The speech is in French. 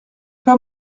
pas